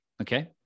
okay